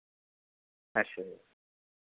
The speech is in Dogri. अच्छा